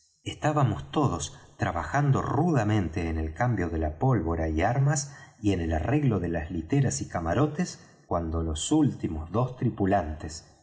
estábamos todos trabajando rudamente en el cambio de la pólvora y armas y en el arreglo de las literas y camarotes cuando los últimos dos tripulantes